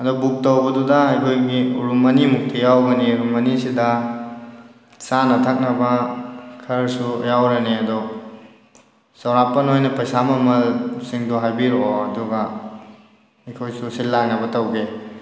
ꯑꯗꯣ ꯕꯨꯛ ꯇꯧꯕꯗꯨꯗ ꯑꯩꯈꯣꯏ ꯃꯤ ꯔꯨꯝ ꯑꯅꯤꯃꯨꯛꯇꯤ ꯌꯥꯎꯒꯅꯤ ꯔꯨꯝ ꯑꯅꯤꯁꯤꯗ ꯆꯥꯅ ꯊꯛꯅꯕ ꯈꯔꯁꯨ ꯌꯥꯎꯔꯅꯤ ꯑꯗꯣ ꯆꯥꯎꯔꯥꯛꯄ ꯅꯣꯏꯅ ꯄꯩꯁꯥ ꯃꯃꯜ ꯁꯤꯡꯗꯣ ꯍꯥꯏꯕꯤꯔꯛꯑꯣ ꯑꯗꯨꯒ ꯑꯩꯈꯣꯏꯁꯨ ꯁꯤꯜ ꯂꯥꯡꯅꯕ ꯇꯧꯒꯦ